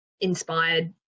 inspired